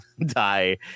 die